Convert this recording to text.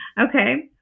Okay